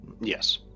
Yes